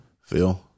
Phil